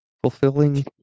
Fulfilling